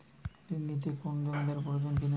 ঋণ নিতে কোনো জমিন্দার প্রয়োজন কি না?